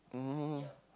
um